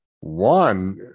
One